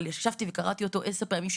אבל ישבתי וקראתי אותו 10 פעמים,